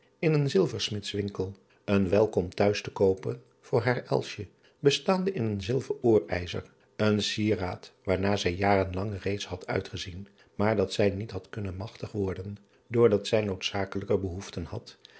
in een ilversmidswinkel eene welkomt huis te koopen voor haar bestaande in een zilver oorijzer een sieraad waarna zij jaren lang reeds had uitgezien maar dat zij niet had kunnen magtig worden door dat zij noodzakelijker behoeften had